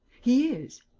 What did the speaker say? he is.